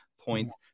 point